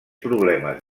problemes